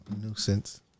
nuisance